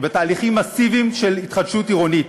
בתהליכים מסיביים של התחדשות עירונית.